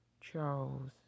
Charles